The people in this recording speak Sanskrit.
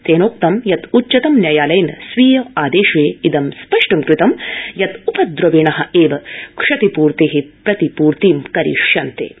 तेनोक्तं यत् उच्चतम न्यायालयेन स्वीय आदेशे स्पष्ट कृतं यत् उपद्रविण एव क्षतिपूर्ते प्रतिपूर्ति करिष्यन्ते